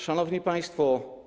Szanowni Państwo!